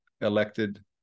elected